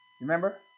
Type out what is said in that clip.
Remember